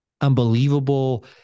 unbelievable